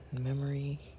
memory